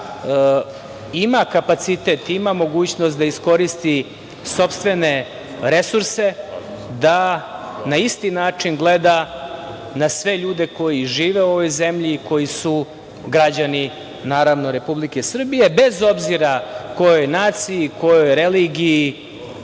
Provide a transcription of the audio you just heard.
ima kapacitet, zemlja koja ima mogućnost da iskoristi sopstvene resurse da na isti način gleda na sve ljude koji žive u ovoj zemlji, koji su građani Republike Srbije bez obzira kojoj naciji, kojoj religiji